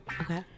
Okay